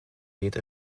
jede